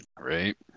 Right